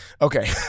okay